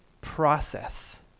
process